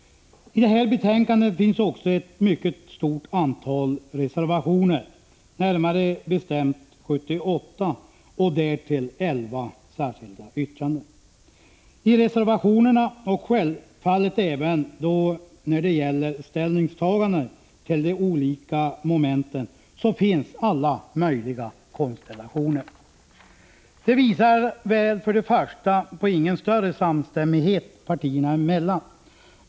Till betänkandet har det också fogats ett mycket stort antal reservationer, närmare bestämt 78, och därtill 11 särskilda yttranden. I reservationerna, och självfallet även då det gäller ställningstaganden till de olika momenten, finns alla möjliga konstellationer. Det visar till att börja med att det inte finns någon större samstämmighet partierna emellan.